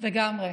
מסכימה,